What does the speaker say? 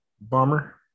bomber